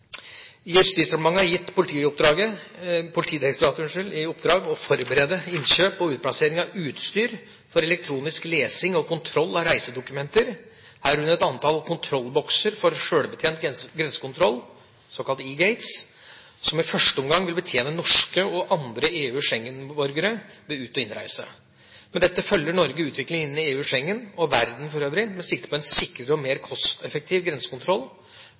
har gitt Politidirektoratet i oppdrag å forberede innkjøp og utplassering av utstyr for elektronisk lesing og kontroll av reisedokumenter, herunder et antall kontrollbokser for sjølbetjent grensekontroll, såkalt eGtates, som i første omgang vil betjene norske og andre EU/Schengen-borgere ved ut- og innreise. Med dette følger Norge utviklingen innen EU/Schengen og verden for øvrig med sikte på en sikrere og mer kosteffektiv grensekontroll